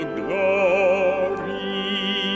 glory